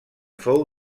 fou